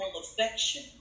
affection